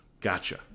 Gotcha